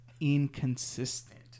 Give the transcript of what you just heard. inconsistent